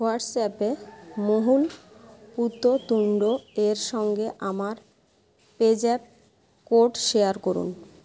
হোয়াটস্যাপে মহুল পুততুণ্ডের সঙ্গে আমার পেজ্যাপ কোড শেয়ার করুন